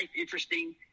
interesting